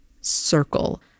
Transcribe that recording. circle